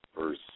verse